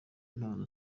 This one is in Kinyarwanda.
impano